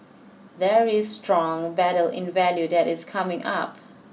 there is strong battle in value that is coming up